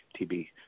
TB